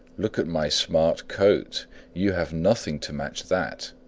look at my smart coat you have nothing to match that.